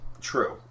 True